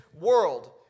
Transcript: world